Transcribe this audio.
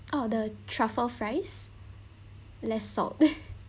oh the truffle fries less salt